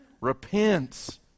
Repent